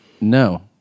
No